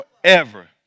forever